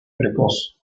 precoz